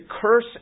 curse